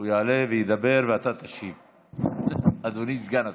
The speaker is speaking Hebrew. הוא יעלה וידבר ואתה תשיב, אדוני סגן השר.